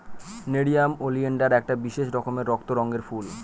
nerium oleander একটা বিশেষ রকমের রক্ত রঙের ফুল